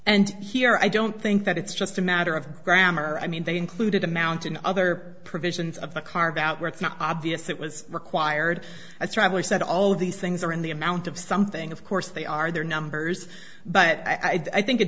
and here i don't think that it's just a matter of grammar i mean they included a mountain other provisions of the carve out where it's not obvious that was required as travelers said all of these things are in the amount of something of course they are their numbers but i think it